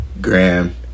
Graham